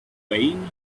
wayne